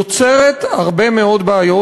יוצרת הרבה מאוד בעיות.